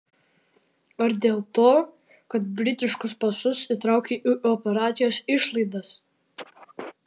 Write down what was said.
ar dėl to kad britiškus pasus įtraukei į operacijos išlaidas